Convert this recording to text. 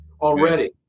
already